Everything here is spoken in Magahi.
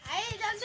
यु.पी.आई कोई